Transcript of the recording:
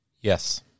Yes